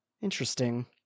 interesting